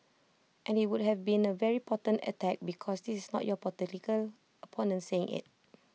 and IT would have been A very potent attack because this is not your political opponent saying IT